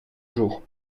jour